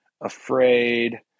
afraid